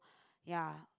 ya